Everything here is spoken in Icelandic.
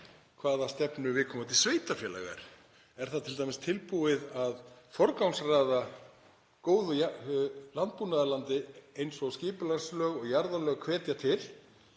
hver stefna viðkomandi sveitarfélaga er. Er það t.d. tilbúið að forgangsraða góðu landbúnaðarlandi eins og skipulagslög og jarðalög hvetja til?